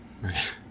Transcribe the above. Right